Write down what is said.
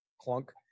clunk